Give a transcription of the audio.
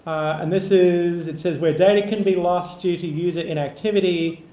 and this is it says where data can be lost due to user inactivity.